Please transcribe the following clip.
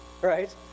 right